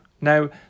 Now